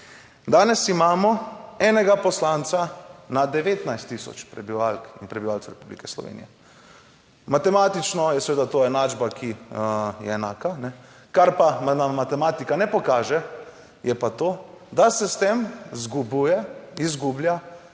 Danes imamo enega poslanca na 19000 prebivalk in prebivalcev Republike Slovenije. Matematično je seveda to enačba, ki je enaka, kar pa nam matematika ne pokaže. Je pa to, da se s tem izgublja